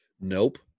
Nope